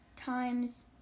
times